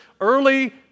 early